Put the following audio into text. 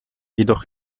jedoch